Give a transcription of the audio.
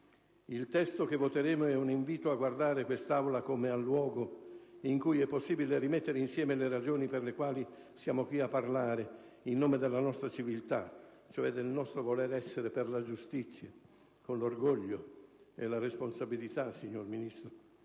Il testo che voteremo è un invito a guardare questa Aula come a un luogo in cui è possibile rimettere insieme le ragioni per le quali siamo qui a parlare in nome della nostra civiltà, cioè del nostro voler essere per la giustizia con l'orgoglio e la responsabilità, signor Ministro,